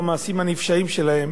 הם עשו את זה לא מזמן גם בגבעת-התחמושת.